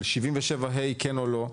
של 7.7 ה' כן או לא.